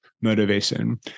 motivation